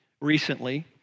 recently